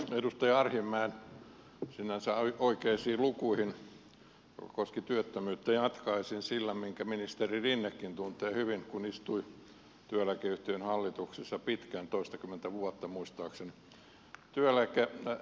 edustaja arhinmäen sinänsä oikeisiin lukuihin jotka koskivat työttömyyttä jatkaisin sillä minkä ministeri rinnekin tuntee hyvin kun istui työeläkeyhtiön hallituksessa pitkään toistakymmentä vuotta muistaakseni